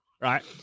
right